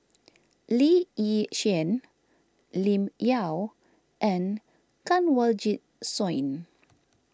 Lee Yi Shyan Lim Yau and Kanwaljit Soin